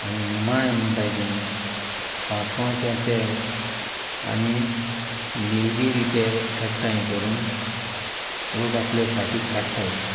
आनी निमाणें म्हणटाय तें सांसवाचें तेल आनी निलगिरी तेल एकठांय करून लोक आपल्यो फाटीक काडटाय